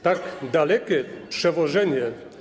Tak dalekie przewożenie.